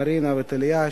מרינה וטליה,